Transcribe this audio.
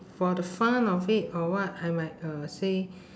for the fun of it or what I might uh say